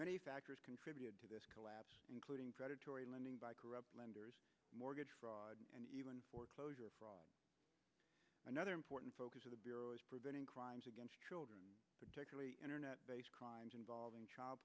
many factors contributed to this collapse including predatory lending by corrupt lenders mortgage fraud and even foreclosure fraud another important focus of preventing crimes against children particularly internet crimes involving child